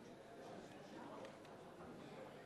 משפט אחרון: